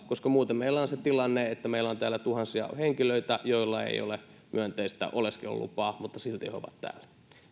koska muuten meillä on se tilanne että meillä on täällä tuhansia henkilöitä joilla ei ole myönteistä oleskelulupaa mutta jotka silti ovat täällä